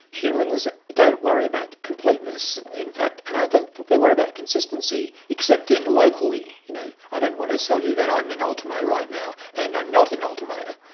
humans don't worry about completeness in fact, and i don't think they worry about consistency, excepting locally you know i don't want to sell you that i'm in ultimo right now and i'm not in ultimo.